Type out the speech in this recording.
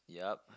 yup